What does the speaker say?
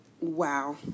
Wow